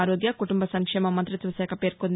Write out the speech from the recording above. ఆరోగ్య కుటుంబ సంక్షేమ మంతిత్వ శాఖ పేర్కొంది